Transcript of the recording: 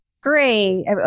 great